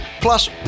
Plus